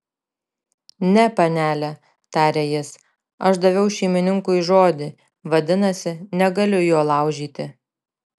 ne panele tarė jis aš daviau šeimininkui žodį vadinasi negaliu jo laužyti